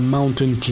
Mountain